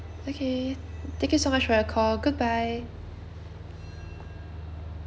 okay thank you so much for your call goodbye